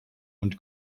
und